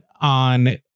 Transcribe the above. on